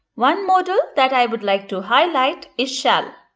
one modal that i would like to highlight is shall.